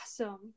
awesome